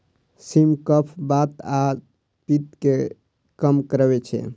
सिम कफ, बात आ पित्त कें कम करै छै